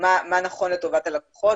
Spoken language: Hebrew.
מה נכון לטובת הלקוחות.